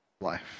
life